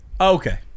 okay